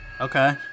Okay